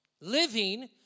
Living